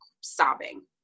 sobbing